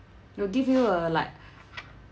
they'll give you uh like